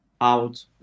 out